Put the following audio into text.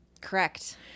Correct